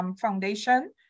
foundation